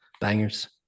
bangers